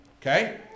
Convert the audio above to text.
Okay